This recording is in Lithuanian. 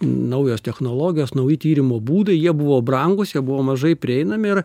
naujos technologijos nauji tyrimo būdai jie buvo brangūs jie buvo mažai prieinami ir